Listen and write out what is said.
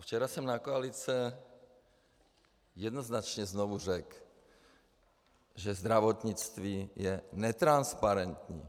A včera jsem na koalici jednoznačně znovu řekl, že zdravotnictví je netransparentní.